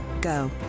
go